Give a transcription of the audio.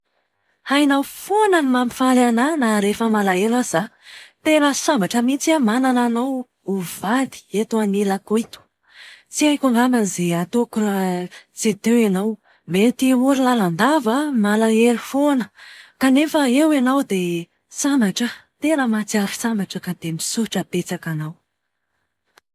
Hainao foana ny mampifaly anahy na rehefa malahelo aza aho. Tena sambatra mihitsy aho manana anao ho vady eto anilako eto. Tsy haiko angamba izay ataoko raha tsy teo ianao. Mety ory lalandava aho, malahelo foana. Kanefa eo ianao dia sambatra aho, tena mahatsiaro sambatra ka dia misaotra betsaka anao.